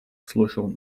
слушал